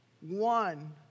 one